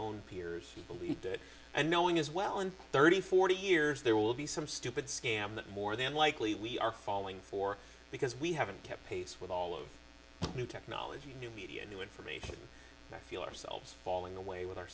own peers who believed it and knowing as well in thirty forty years there will be some stupid scam that more than likely we are falling for because we haven't kept pace with all of the new technologies new media and new information that feel ourselves falling away with our